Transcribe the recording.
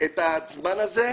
את הזמן הזה.